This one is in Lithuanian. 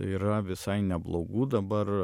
yra visai neblogų dabar